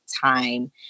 time